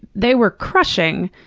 they were crushing.